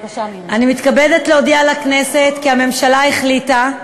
אני מתכבדת להודיע לכנסת כי הממשלה החליטה,